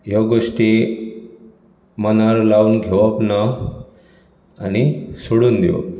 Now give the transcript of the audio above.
ह्यो गोष्टी मनार लावन घेवप ना आनी सोडून दिवप